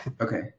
Okay